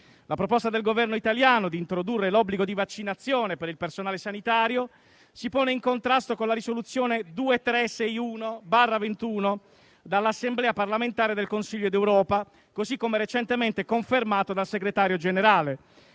La proposta del Governo italiano di introdurre l'obbligo di vaccinazione per il personale sanitario si pone in contrasto con la Risoluzione 2361/21 dall'Assemblea Parlamentare del Consiglio D'Europa, così come recentemente confermato dal Segretario Generale